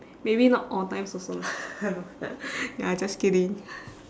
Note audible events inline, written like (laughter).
maybe not all times also lah (laughs) ya just kidding